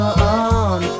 on